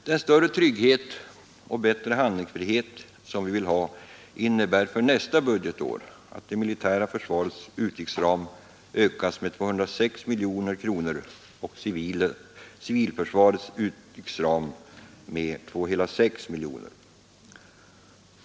Den större trygghet och bättre handlingsfrihet som vi vill ha innebär för nästa budgetår att det militära försvarets utgiftsram ökas med 206 miljoner kronor och civilförsvarets utgiftsram med 2,6 miljoner.